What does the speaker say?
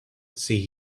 see